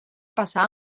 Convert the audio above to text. passà